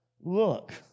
look